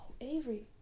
Avery